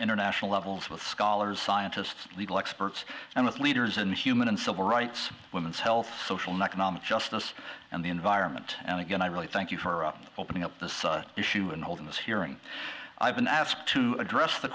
international levels of scholars scientists legal experts and with leaders in human and civil rights women's health social not nominee justice and the environment and again i really thank you for opening up this issue and holding this hearing i've been asked to address the